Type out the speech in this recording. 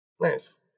Nice